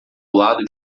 lado